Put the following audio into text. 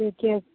ठिके छै